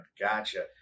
Gotcha